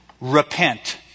repent